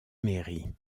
mairie